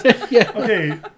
Okay